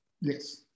Yes